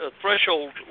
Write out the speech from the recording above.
threshold